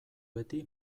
beti